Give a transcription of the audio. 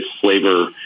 flavor